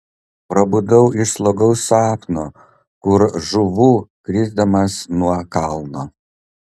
prabudau iš slogaus sapno kur žūvu krisdamas nuo kalno